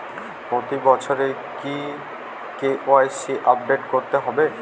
প্রতি বছরই কি কে.ওয়াই.সি আপডেট করতে হবে?